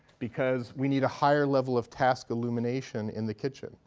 because we need a higher level of task illumination in the kitchen,